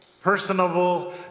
personable